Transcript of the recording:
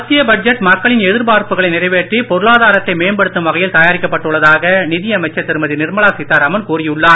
மத்திய பட்ஜெட் மக்களின் எதிர்பார்ப்புகளை நிறைவேற்றி பொருளாதாரத்தை மேம்படுத்தும் வகையில் தயாரிக்கப்பட்டுள்ளதாக நிதியமைச்சர் திருமதி நிர்மலா சீதாராமன் கூறியுள்ளார்